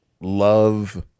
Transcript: love